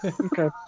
Okay